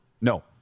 no